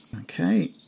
Okay